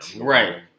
Right